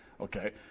okay